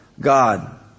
God